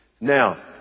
Now